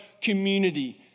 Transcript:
community